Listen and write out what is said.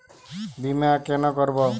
বিমা কেন করব?